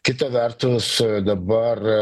kita vertus dabar